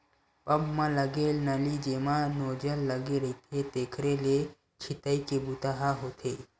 pump म लगे नली जेमा नोजल लगे रहिथे तेखरे ले छितई के बूता ह होथे